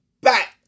back